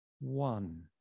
one